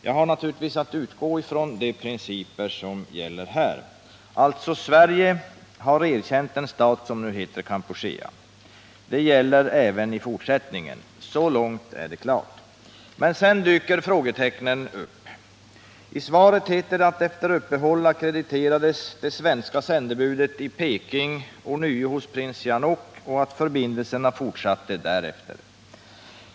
Jag har naturligtvis att utgå från de principer som gäller här. Alltså: Sverige har erkänt den stat som nu heter Kampuchea. Detta gäller även i fortsättningen. Så långt är det klart. Men sedan dyker frågetecknen upp. I svaret heter det att efter ett uppehåll ackrediterades det svenska sändebudet i Peking ånyo hos prins Sihanouk och att förbindelserna fortsatte därefter.